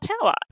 power